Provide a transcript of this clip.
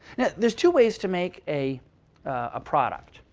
yeah there's two ways to make a ah product.